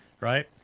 right